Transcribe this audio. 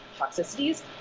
toxicities